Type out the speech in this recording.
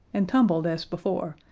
and tumbled as before,